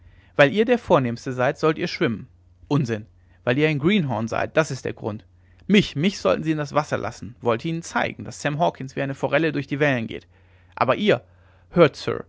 weil ihr der vornehmste seid sollt ihr schwimmen unsinn weil ihr ein greenhorn seid das ist der grund mich mich sollten sie in das wasser lassen wollte ihnen zeigen daß sam hawkens wie eine forelle durch die wellen geht aber ihr hört